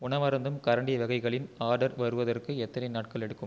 உணவருந்தும் கரண்டி வகைகளின் ஆர்டர் வருவதற்கு எத்தனை நாட்கள் எடுக்கும்